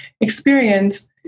experience